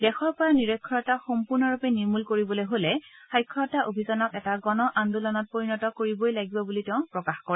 দেশৰ পৰা নিৰক্ষৰতা সম্পূৰ্ণৰূপে নিৰ্মল কৰিবলৈ হলে সাক্ষৰতা অভিযানক এটা গণ আন্দোলনত পৰিণত কৰিবই লাগিব বুলিও তেওঁ প্ৰকাশ কৰে